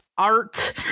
art